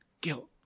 guilt